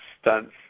stunts